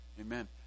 Amen